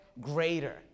greater